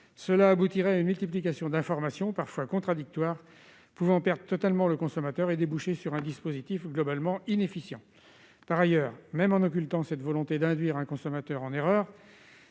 cela aboutirait à une multiplication d'informations, parfois contradictoires, pouvant perdre totalement le consommateur et déboucher sur un dispositif globalement inefficient. Par ailleurs, même en occultant cette volonté d'induire un consommateur en erreur,